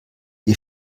die